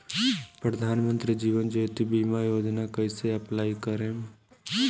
प्रधानमंत्री जीवन ज्योति बीमा योजना कैसे अप्लाई करेम?